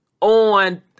on